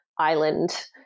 island